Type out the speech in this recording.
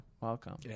Welcome